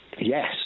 Yes